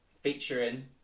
featuring